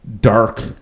dark